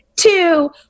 Two